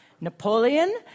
Napoleon